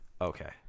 Okay